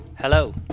Hello